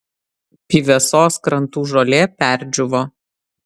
pyvesos krantų žolė perdžiūvo